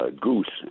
goose